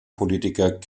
politiker